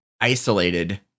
isolated